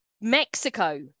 Mexico